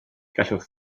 gallwch